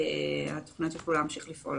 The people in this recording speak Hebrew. התוכניות יוכלו להמשיך לפעול